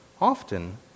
often